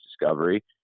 Discovery